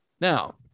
Now